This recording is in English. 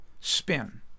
spin